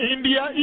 India